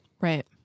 Right